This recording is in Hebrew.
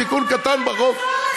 תיקון קטן בחוק,